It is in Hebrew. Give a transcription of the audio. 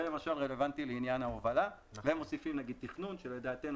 זה למשל רלוונטי לעניין ההובלה ומוסיפים תכנון שלדעתנו